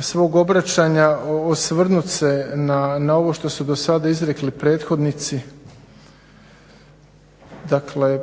svog obraćanja osvrnut se na ovo što su dosada izrekli prethodnici. Dakle,